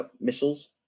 missiles